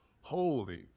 holy